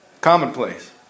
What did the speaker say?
Commonplace